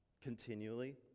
continually